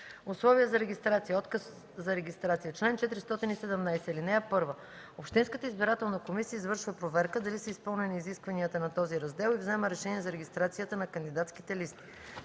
„Условия за регистрация. Отказ за регистрация Чл. 417. (1) Общинската избирателна комисия извършва проверка дали са изпълнени изискванията на този раздел и взема решение за регистрацията на кандидатските листи.